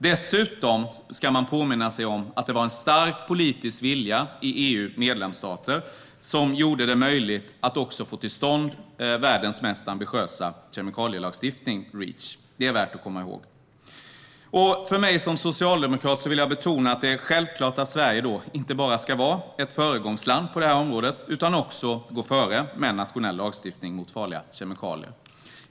Dessutom ska man påminna sig om att det var en stark politisk vilja i EU:s medlemsstater som gjorde det möjligt att få till stånd världens mest ambitiösa kemikalielagstiftning, Reach. Detta är värt att komma ihåg. Jag vill betona att det för mig som socialdemokrat är självklart att Sverige inte bara ska vara ett föregångsland på det här området utan också gå före med nationell lagstiftning mot farliga kemikalier.